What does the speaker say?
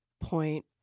point